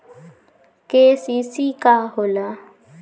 KCC का होला?